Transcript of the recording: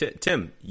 Tim